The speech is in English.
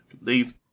Leave